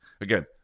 Again